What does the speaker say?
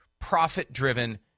profit-driven